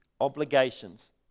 obligations